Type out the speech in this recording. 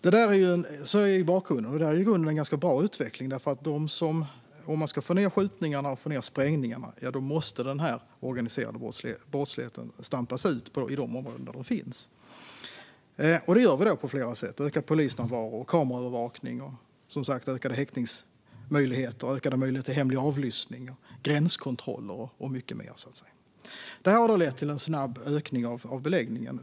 Det här är i grunden en ganska bra utveckling. Om man ska få ned skjutningarna och sprängningarna måste den organiserade brottsligheten stampas bort i de områden där den finns. Det gör vi på flera sätt: ökad polisnärvaro, kameraövervakning, ökade häktningsmöjligheter, ökade möjligheter till hemlig avlyssning, gränskontroller och mycket mer. Det här har lett till en snabb ökning av beläggningen.